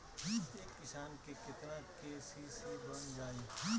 एक किसान के केतना के.सी.सी बन जाइ?